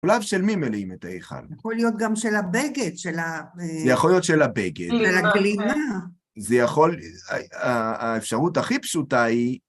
קולם של מי מלאים את ההיכל? יכול להיות גם של הבגד, של ה... זה יכול להיות של הבגד. של הגלימה. זה יכול... האפשרות הכי פשוטה היא...